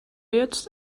jetzt